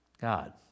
God